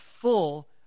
full